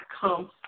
come